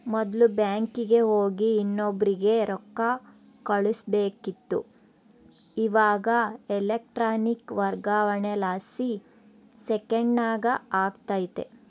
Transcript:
ಮೊದ್ಲು ಬ್ಯಾಂಕಿಗೆ ಹೋಗಿ ಇನ್ನೊಬ್ರಿಗೆ ರೊಕ್ಕ ಕಳುಸ್ಬೇಕಿತ್ತು, ಇವಾಗ ಎಲೆಕ್ಟ್ರಾನಿಕ್ ವರ್ಗಾವಣೆಲಾಸಿ ಸೆಕೆಂಡ್ನಾಗ ಆಗ್ತತೆ